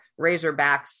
Razorbacks